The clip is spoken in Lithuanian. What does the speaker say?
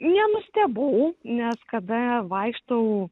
nenustebau nes kada vaikštau